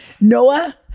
Noah